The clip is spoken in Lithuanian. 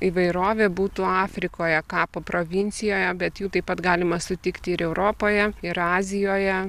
įvairovė būtų afrikoje kapo provincijoje bet jų taip pat galima sutikti ir europoje ir azijoje